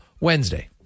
Wednesday